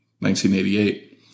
1988